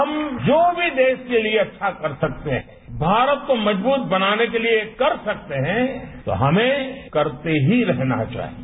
हम जो भी देश के लिए अच्छा कर सकते हैं भारत को मजबूत बनाने के लिए कर सकते हैं तो हमें करते ही रहना चाहिए